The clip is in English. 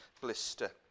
blister